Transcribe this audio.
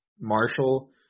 Marshall